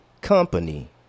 company